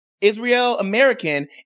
Israel-American